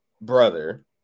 brother